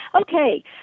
Okay